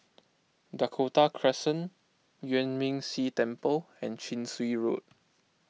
Dakota Crescent Yuan Ming Si Temple and Chin Swee Road